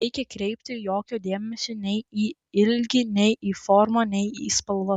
nereikia kreipti jokio dėmesio nei į ilgį nei į formą nei į spalvas